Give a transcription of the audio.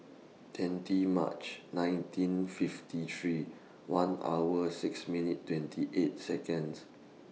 twenty March nineteen fifty three one hour six minute twenty eight Seconds